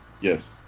yes